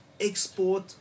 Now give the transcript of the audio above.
export